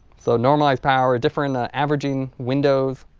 so normalized power, different averaging windows